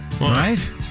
Right